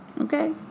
Okay